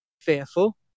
fearful